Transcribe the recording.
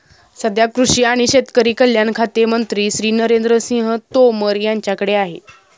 सध्या कृषी आणि शेतकरी कल्याण खाते मंत्री श्री नरेंद्र सिंह तोमर यांच्याकडे आहे